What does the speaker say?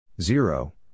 Zero